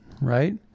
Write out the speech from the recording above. right